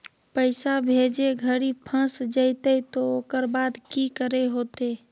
पैसा भेजे घरी फस जयते तो ओकर बाद की करे होते?